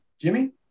Jimmy